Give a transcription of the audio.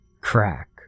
Crack